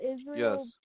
Israel